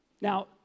Now